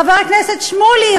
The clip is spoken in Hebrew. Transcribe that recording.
חבר הכנסת שמולי,